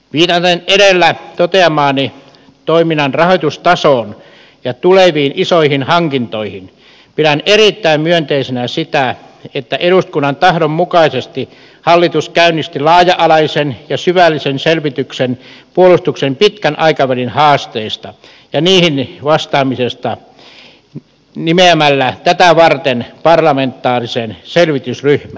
viitaten edellä toteamaani toiminnan rahoitustasoon ja tuleviin isoihin hankintoihin pidän erittäin myönteisenä sitä että eduskunnan tahdon mukaisesti hallitus käynnisti laaja alaisen ja syvällisen selvityksen puolustuksen pitkän aikavälin haasteista ja niihin vastaamisesta nimeämällä tätä varten parlamentaarisen selvitysryhmän